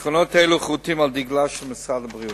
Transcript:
עקרונות אלה חרותים על דגלו של משרד הבריאות.